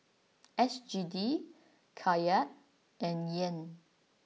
S G D Kyat and Yen